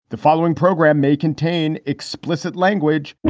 the following program may contain explicit language